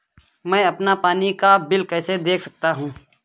मैं अपना पानी का बिल कैसे देख सकता हूँ?